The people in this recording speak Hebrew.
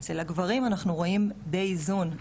אצל הגברים אנחנו רואים די איזון,